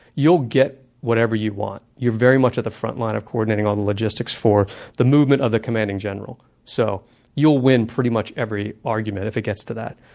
you'll get whatever you want. want. you're very much at the front line of coordinating all the logistics for the movement of the commanding general. so you'll win pretty much every argument, if it gets to that.